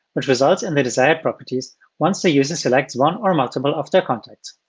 which results in the desired properties once the user selects one or multiple of their contacts.